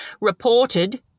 reported